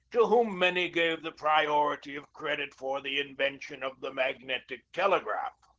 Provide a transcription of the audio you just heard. to whom many gave the priority of credit for the invention of the magnetic telegraph.